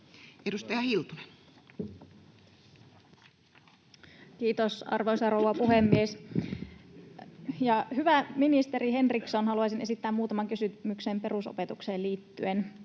Edustaja Hiltunen. Kiitos, arvoisa rouva puhemies! Hyvä ministeri Henriksson, haluaisin esittää muutaman kysymyksen perusopetukseen liittyen.